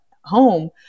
home